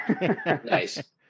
nice